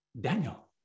Daniel